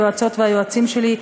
היועצות והיועצים שלי,